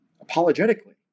apologetically